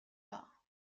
war